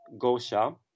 Gosha